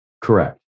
Correct